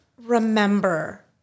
remember